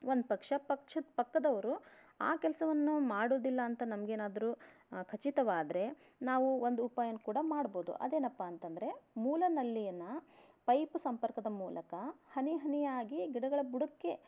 ಒಂದು ಪಕ್ಷ ಪಕ್ಷದ ಪಕ್ಕದವರು ಆ ಕೆಲಸವನ್ನು ಮಾಡೋದಿಲ್ಲ ಅಂತ ನಮಗೇನಾದ್ರೂ ಖಚಿತವಾದರೆ ನಾವು ಒಂದು ಉಪಾಯನ ಕೂಡ ಮಾಡ್ಬೋದು ಅದೇನಪ್ಪಾ ಅಂತಂದರೆ ಮೂಲ ನಲ್ಲಿಯನ್ನು ಪೈಪ್ ಸಂಪರ್ಕದ ಮೂಲಕ ಹನಿ ಹನಿಯಾಗಿ ಗಿಡಗಳ ಬುಡಕ್ಕೆ